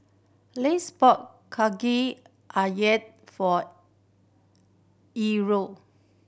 Lise bought Kaki Ayam for